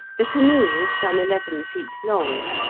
the canoe was some eleven feet long,